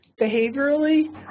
behaviorally